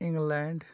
England